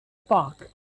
park